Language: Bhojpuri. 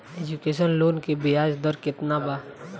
एजुकेशन लोन के ब्याज दर केतना बा?